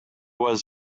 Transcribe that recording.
was